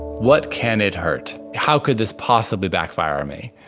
what can it hurt? how could this possibly backfire on me?